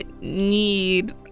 need